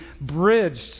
bridged